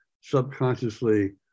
subconsciously